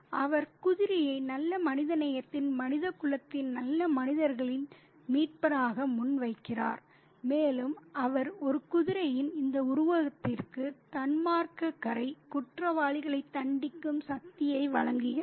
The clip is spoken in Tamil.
அவர் குதிரையை நல்ல மனிதநேயத்தின் மனிதகுலத்தின் நல்ல மனிதர்களின் மீட்பராக முன்வைக்கிறார் மேலும் அவர் ஒரு குதிரையின் இந்த உருவத்திற்கு துன்மார்க்கரை குற்றவாளிகளை தண்டிக்கும் சக்தியை வழங்குகிறார்